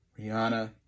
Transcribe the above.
Rihanna